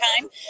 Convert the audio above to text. time